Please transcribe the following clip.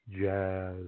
jazz